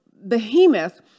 behemoth